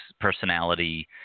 personality